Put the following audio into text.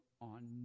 on